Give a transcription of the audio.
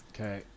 Okay